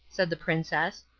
said the princess,